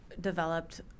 developed